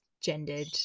gendered